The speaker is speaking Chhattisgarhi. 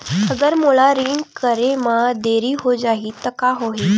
अगर मोला ऋण करे म देरी हो जाहि त का होही?